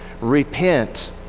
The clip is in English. Repent